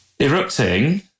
Erupting